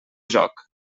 joc